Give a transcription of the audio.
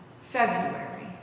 February